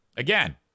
Again